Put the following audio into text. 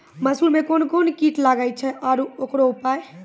मसूर मे कोन कोन कीट लागेय छैय आरु उकरो उपाय?